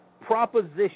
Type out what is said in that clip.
proposition